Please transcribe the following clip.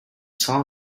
saw